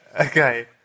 Okay